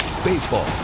Baseball